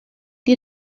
die